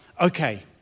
Okay